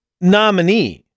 nominee